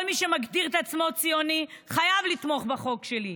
כל מי שמגדיר את עצמו ציוני חייב לתמוך בחוק הזה.